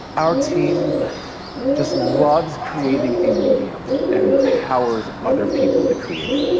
our team just loves creating a medium that empowers other people to create.